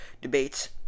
debates